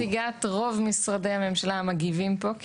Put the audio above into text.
נציגת רוב משרדי הממשלה המגיבים פה,